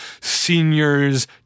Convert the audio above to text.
seniors